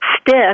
stick